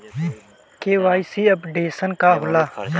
KYC updation का होला?